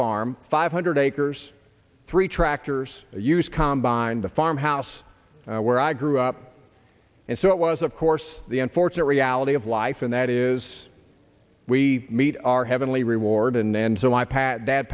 farm five hundred acres three tractors used combine the farmhouse where i grew up and so it was of course the unfortunate reality of life and that is we meet our heavenly reward and so i pat dad